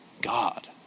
God